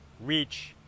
reach